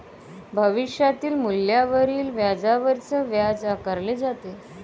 भविष्यातील मूल्यावरील व्याजावरच व्याज आकारले जाते